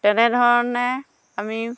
তেনে ধৰণে আমি